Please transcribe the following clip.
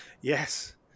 Yes